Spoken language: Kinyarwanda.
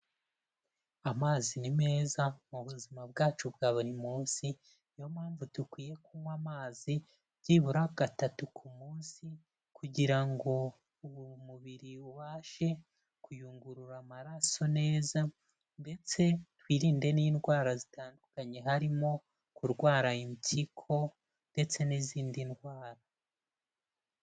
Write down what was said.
Amazi ni meza mu buzima bwacu bwa buri munsi, niyo mpamvu dukwiye kunywa amazi byibura gatatu ku munsi, kugira ngo uwo mubiri ubashe kuyungurura amaraso neza ndetse twirinde n'indwara zitandukanye, harimo kurwara impyiko ndetse n'izindi ndwara.